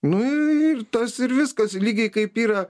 nu ir tas ir viskas lygiai kaip yra